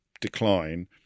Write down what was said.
decline